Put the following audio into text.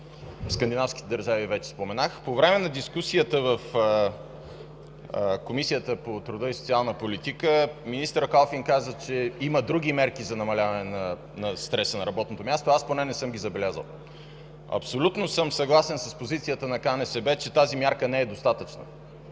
за Скандинавските държави споменах. По време на дискусията в Комисията по труда и социалната политика министър Калфин каза, че има други мерки за намаляване стреса на работно място, но аз поне не съм ги забелязал. Абсолютно съм съгласен с позицията на КНСБ, че тази мярка не е достатъчна.